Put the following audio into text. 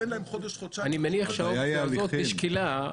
תן להם חודש-חודשיים --- אני מניח שהאופציה הזאת נשקלה,